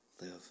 live